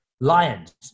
Lions